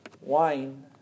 Wine